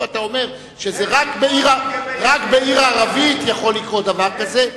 פה אתה אומר שרק בעיר ערבית יקרה דבר כזה.